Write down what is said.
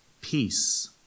peace